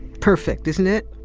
perfect, isn't it?